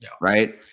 right